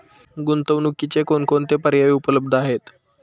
गुंतवणुकीचे कोणकोणते पर्याय उपलब्ध आहेत?